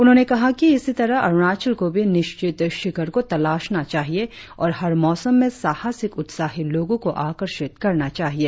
उन्होंने कहा कि इसी तरह अरुणाचल को भी निश्चित शिखर को तलाशना चाहिए और हर मौसम में साहसिक उत्साही लोगो को आकर्षित करना चाहिए